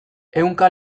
ehunka